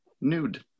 nude